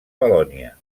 valònia